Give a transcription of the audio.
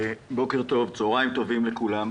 צוהרים טובים לכולם.